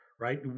Right